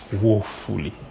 Woefully